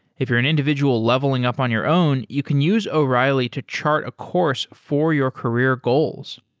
if you're an individual leveling up on your own, you can use o'reilly to chart a course for your career goals.